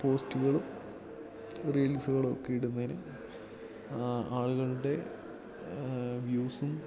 പോസ്റ്റുകളും റീൽസുകളുമൊക്കെ ഇടുന്നതിന് ആളുകളുടെ വ്യൂസും